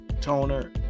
toner